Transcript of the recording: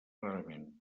rarament